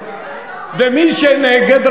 ומי שנגד,